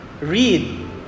Read